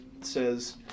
says